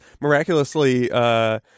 miraculously